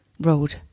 road